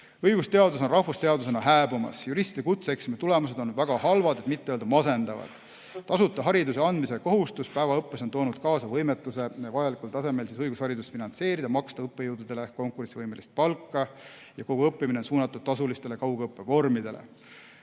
Õigusteadus on rahvusteadusena hääbumas. Juristide kutseeksamite tulemused on väga halvad, et mitte öelda masendavad. Tasuta hariduse andmise kohustus päevaõppes on toonud kaasa võimetuse vajalikul tasemel õigusharidust finantseerida, maksta õppejõududele konkurentsivõimelist palka ja kogu õppimine on suunatud tasulistele kaugõppevormidele.